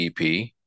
ep